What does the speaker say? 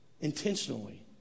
intentionally